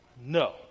No